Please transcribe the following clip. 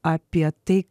apie tai